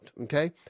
Okay